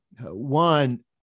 One